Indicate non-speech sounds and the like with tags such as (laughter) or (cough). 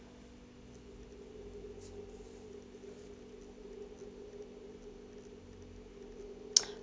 (noise)